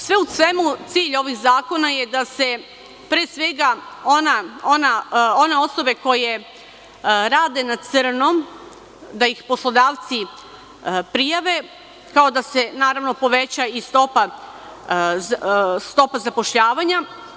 Sve u svemu, cilj ovih zakona je da se, pre svega, one osobe koje rade na crno, da ih poslodavci prijave, kao i da se poveća stopa zapošljavanja.